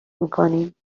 میکنیم